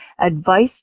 Advice